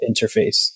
interface